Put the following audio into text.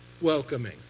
welcoming